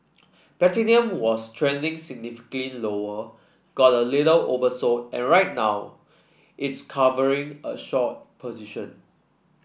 platinum was trending significantly lower got a little oversold and right now it's covering a short position